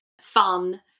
fun